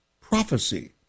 prophecy